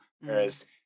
Whereas